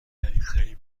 دقیقتری